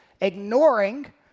ignoring